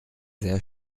sehr